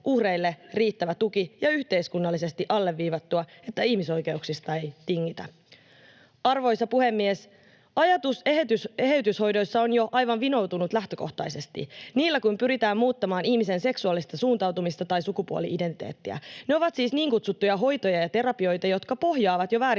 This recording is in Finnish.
riittävä tuki ja yhteiskunnallisesti alleviivattua, että ihmisoi-keuksista ei tingitä. Arvoisa puhemies! Ajatus eheytyshoidoissa on jo aivan vinoutunut lähtökohtaisesti, niillä kun pyritään muuttamaan ihmisen seksuaalista suuntautumista tai sukupuoli-identiteettiä. Ne ovat siis niin kutsuttuja hoitoja ja terapioita, jotka pohjaavat jo vääristyneeseen